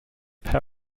their